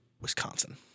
Wisconsin